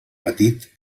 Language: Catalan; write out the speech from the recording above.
petit